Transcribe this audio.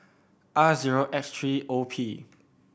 R zero X three O P